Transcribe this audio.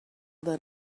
that